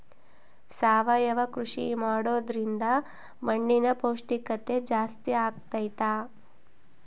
ಸಾವಯವ ಕೃಷಿ ಮಾಡೋದ್ರಿಂದ ಮಣ್ಣಿನ ಪೌಷ್ಠಿಕತೆ ಜಾಸ್ತಿ ಆಗ್ತೈತಾ?